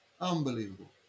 Unbelievable